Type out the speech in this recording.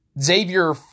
Xavier